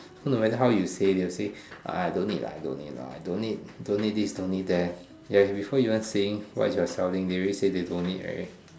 so no matter how you say they'll say I don't need ah I don't need ah I don't need don't need this don't need that ya before you want to saying what you're selling they already say they don't need already